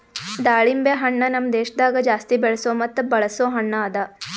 ದಾಳಿಂಬೆ ಹಣ್ಣ ನಮ್ ದೇಶದಾಗ್ ಜಾಸ್ತಿ ಬೆಳೆಸೋ ಮತ್ತ ಬಳಸೋ ಹಣ್ಣ ಅದಾ